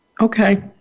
Okay